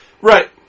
Right